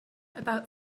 about